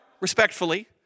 respectfully